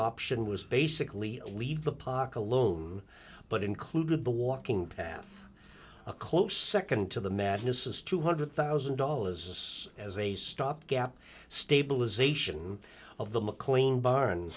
option was basically leave the pocket loan but included the walking path a close second to the madness is two hundred thousand dollars as a stopgap stabilization of the mclean bar